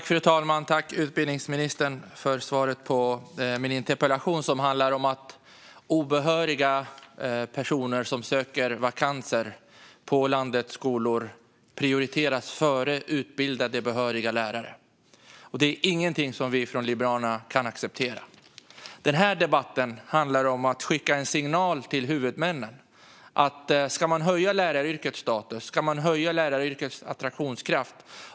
Fru talman! Tack, utbildningsministern, för svaret på min interpellation som handlar om att obehöriga personer som söker vakanser på landets skolor prioriteras före utbildade behöriga lärare. Det är ingenting som vi från Liberalerna kan acceptera. Den här debatten handlar om att skicka en signal till huvudmännen om att ska vi höja läraryrkets status och attraktionskraft.